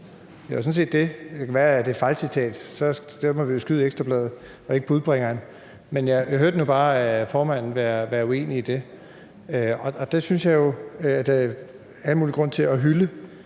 det kan være, det er et fejlcitat, og så må vi jo skyde Ekstra Bladet og ikke budbringeren, men jeg hørte nu bare formanden være uenig i det. Det synes jeg jo der er al mulig grund til at hylde,